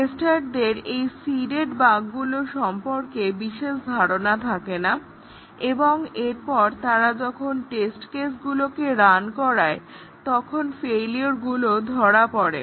টেস্টারদের এই সিডেড বাগগুলো সম্পর্কে বিশেষ ধারণা থাকে না এবং এরপর তারা যখন টেস্ট কেসগুলোকে রান করায় তখন ফেইলিওরগুলো ধরা পড়ে